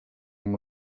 amb